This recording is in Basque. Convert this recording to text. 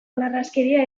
narraskeria